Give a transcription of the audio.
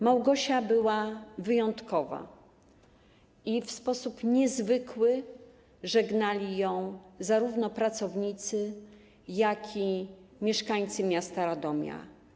Małgosia była wyjątkowa i w sposób niezwykły żegnali ją zarówno pracownicy, jak i mieszkańcy miasta Radomia.